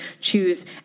choose